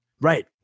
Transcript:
Right